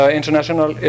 international